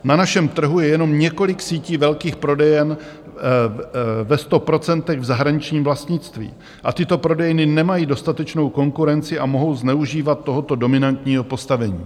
Na našem trhu je jenom několik sítí velkých prodejen, ve sto procentech v zahraničním vlastnictví, a tyto prodejny nemají dostatečnou konkurenci a mohou zneužívat tohoto dominantního postavení.